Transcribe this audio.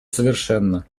совершенно